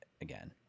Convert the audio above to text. again